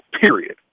period